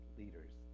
leaders